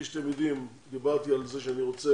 כפי שאתם יודעים, דיברתי על זה שאני רוצה